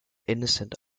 innocent